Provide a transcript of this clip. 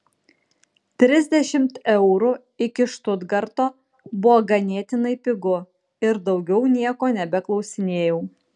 trisdešimt eurų iki štutgarto buvo ganėtinai pigu ir daugiau nieko nebeklausinėjau